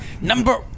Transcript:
number